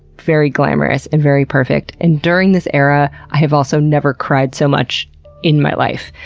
very glamorous and very perfect. and during this era, i have also never cried so much in my life.